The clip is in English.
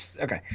okay